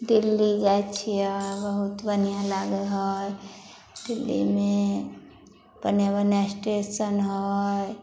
दिल्ली जाइ छियै बहुत बढ़िऑं लागै हइ डिल्लीमे बढ़िऑं बढ़िऑं स्टेशन हइ